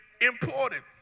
important